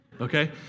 okay